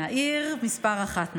העיר מס' אחת,